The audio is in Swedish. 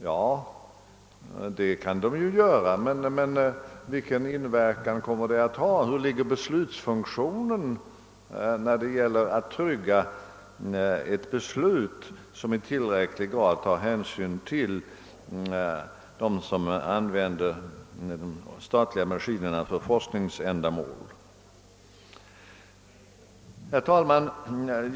Ja, det kan ämbetet göra, men vilken inverkan kommer detta att ha? Hur ligger beslutsfunktionen när det gäller att trygga ett beslut som i tillräcklig grad tar hänsyn till dem som använder de statliga maskinerna för forskningsändamål? Herr talman!